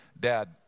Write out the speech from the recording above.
Dad